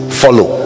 follow